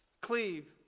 cleave